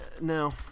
no